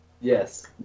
Yes